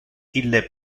ille